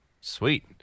sweet